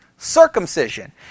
circumcision